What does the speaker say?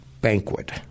Banquet